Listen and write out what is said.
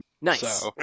Nice